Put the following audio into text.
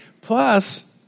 Plus